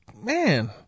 Man